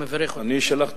הוא מברך אותך.